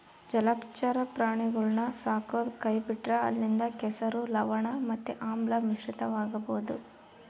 ಜಲಚರ ಪ್ರಾಣಿಗುಳ್ನ ಸಾಕದೊ ಕೈಬಿಟ್ರ ಅಲ್ಲಿಂದ ಕೆಸರು, ಲವಣ ಮತ್ತೆ ಆಮ್ಲ ಮಿಶ್ರಿತವಾಗಬೊದು